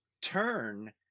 turn